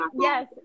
yes